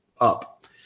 up